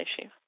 issue